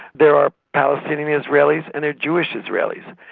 there are palestinian israelis and there are jewish israelis.